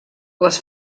les